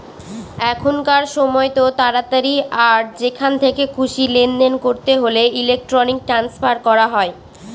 এখনকার সময়তো তাড়াতাড়ি আর যেখান থেকে খুশি লেনদেন করতে হলে ইলেক্ট্রনিক ট্রান্সফার করা হয়